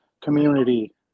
community